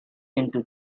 into